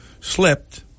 slipped